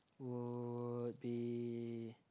would be